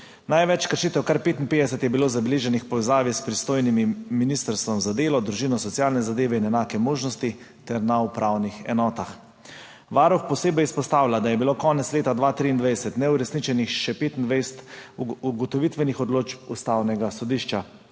Največ kršitev, kar 55, je bilo zabeleženih v povezavi s pristojnim Ministrstvom za delo, družino, socialne zadeve in enake možnosti ter na upravnih enotah. Varuh posebej izpostavlja, da je bilo konec leta 2023 neuresničenih še 25 ugotovitvenih odločb Ustavnega sodišča.